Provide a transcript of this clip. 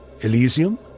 Elysium